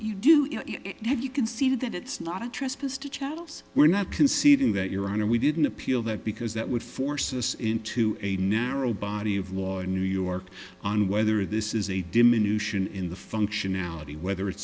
you do you have you can see that it's not a trespass to chattels we're not conceding that your honor we didn't appeal that because that would force us into a narrow body of law in new york on whether this is a diminution in the functionality whether it